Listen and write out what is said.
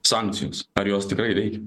sankcijoms ar jos tikrai reikia